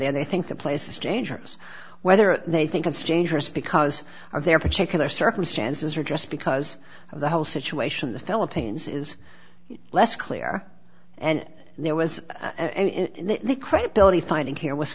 there they think the place is dangerous whether they think it's dangerous because of their particular circumstances or just because of the whole situation the philippines is less clear and there was the credibility finding here was